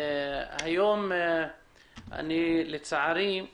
בתחילת הדיון